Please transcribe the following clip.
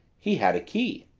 he had a key.